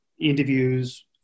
interviews